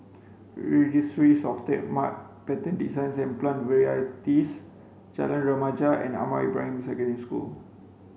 Registries Of Trademark Patents Designs and Plant Varieties Jalan Remaja and Ahmad Ibrahim Secondary School